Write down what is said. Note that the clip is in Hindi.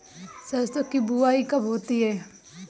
सरसों की बुआई कब होती है?